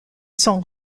sont